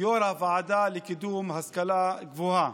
יו"ר הוועדה לקידום ההשכלה הגבוהה.